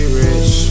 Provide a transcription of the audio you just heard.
rich